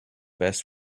best